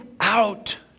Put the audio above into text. out